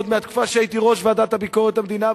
עוד מהתקופה שהייתי ראש ועדת ביקורת המדינה,